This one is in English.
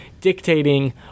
dictating